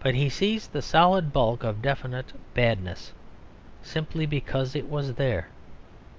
but he sees the solid bulk of definite badness simply because it was there